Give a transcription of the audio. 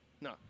No